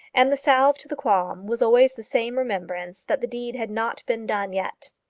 and the salve to the qualm was always the same remembrance that the deed had not been done yet.